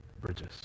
bridges